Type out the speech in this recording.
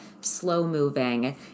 slow-moving